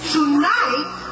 Tonight